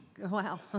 Wow